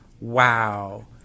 wow